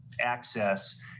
access